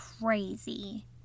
crazy